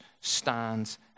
stands